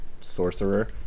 sorcerer